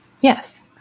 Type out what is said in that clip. Yes